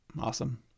awesome